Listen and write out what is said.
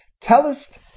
Tellest